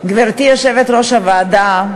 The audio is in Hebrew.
גברתי יושבת-ראש הוועדה,